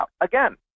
again